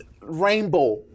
rainbow